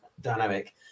dynamic